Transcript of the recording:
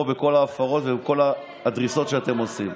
בכל ההפרות ובכל הדריסות שאתם עושים.